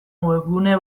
webgune